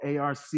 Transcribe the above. ARC